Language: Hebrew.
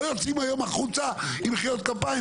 לא יוצאים היום החוצה עם מחיאות כפיים,